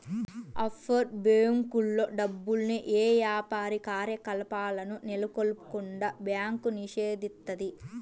offshore బ్యేంకుల్లో డబ్బుల్ని యే యాపార కార్యకలాపాలను నెలకొల్పకుండా బ్యాంకు నిషేధిత్తది